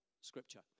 scripture